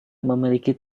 memiliki